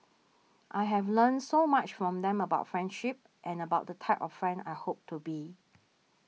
I have learnt so much from them about friendship and about the type of friend I hope to be